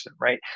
right